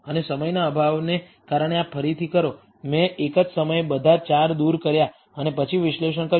અને સમયના અભાવને કારણે આ ફરીથી કરો મેં એક જ સમયે બધા 4 દૂર કર્યા અને પછી વિશ્લેષણ કર્યું